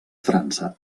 frança